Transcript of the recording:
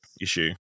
issue